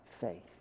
faith